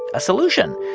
a solution.